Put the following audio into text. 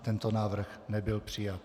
Tento návrh nebyl přijat.